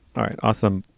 all right. awesome.